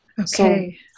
Okay